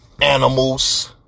animals